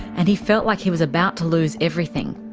and he felt like he was about to lose everything.